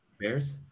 Bears